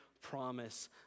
promise